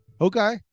Okay